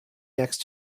next